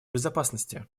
безопасности